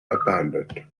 abandoned